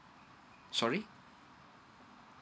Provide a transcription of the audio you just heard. sorry